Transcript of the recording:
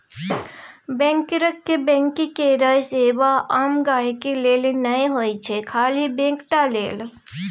बैंकरक बैंक केर सेबा आम गांहिकी लेल नहि होइ छै खाली बैंक टा लेल